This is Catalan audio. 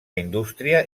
indústria